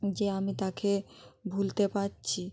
যে আমি তাকে ভুলতে পারছি